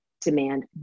demand